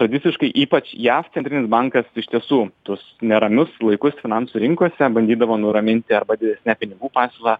tradiciškai ypač jav centrinis bankas iš tiesų tuos neramius laikus finansų rinkose bandydavo nuraminti arba didesne pinigų pasiūla